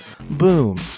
boom